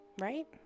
right